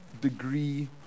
degree